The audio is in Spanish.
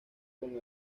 con